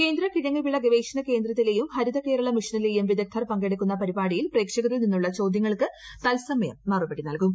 കേന്ദ്ര് കിഴങ്ങുവിള ഗവേഷണ കേന്ദ്രത്തിലെയും ഹരിതകേരളം മിഷനിലെയും വിദഗ്ധർ പങ്കെടുക്കുന്ന പരിപാടിയിൽ പ്രേക്ഷകരിൽ നിന്നുള്ള ചോദൃങ്ങൾക്കു തത്സമയം മറുപടി നൽകും